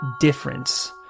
difference